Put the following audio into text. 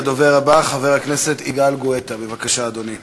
הדובר הבא, חבר הכנסת יגאל גואטה, בבקשה, אדוני.